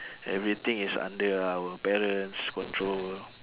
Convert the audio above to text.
everything is under our parents control